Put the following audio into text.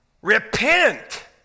Repent